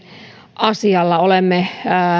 asialla olemme